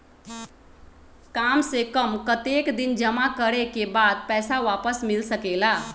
काम से कम कतेक दिन जमा करें के बाद पैसा वापस मिल सकेला?